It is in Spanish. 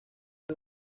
son